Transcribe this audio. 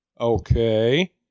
Okay